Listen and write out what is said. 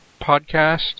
Podcast